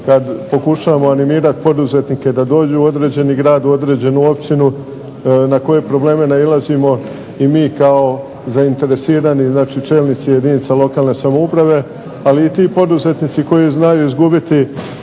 kad pokušavamo animirati poduzetnike da dođu u određeni grad, u određenu općinu, na koje probleme nailazimo. I mi kao zainteresirani, znači čelnici jedinica lokalne samouprave, ali i ti poduzetnici koji znaju izgubiti